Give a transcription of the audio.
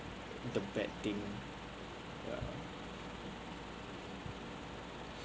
the bad thing err